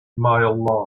mile